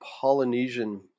Polynesian